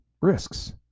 risks